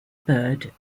bird